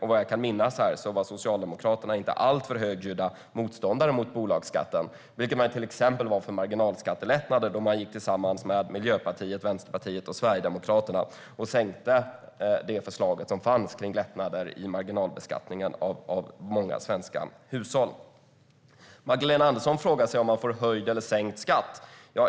Vad jag kan minnas var Socialdemokraterna inte alltför högljudda motståndare till bolagsskatten, vilket man till exempel var mot marginalskattelättnader då man gick samman med Miljöpartiet, Vänsterpartiet och Sverigedemokraterna och sänkte förslaget om lättnader i marginalbeskattningen av många svenska hushåll. Magdalena Andersson frågar sig om man får höjd eller sänkt skatt.